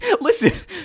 listen